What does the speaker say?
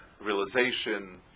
realization